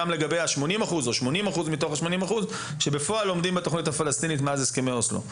גם לגבי ה-80% שבפועל לומדים בתוכנית הפלסטינית מאז הסכמי אוסלו,